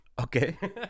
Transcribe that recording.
Okay